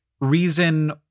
reason